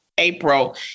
April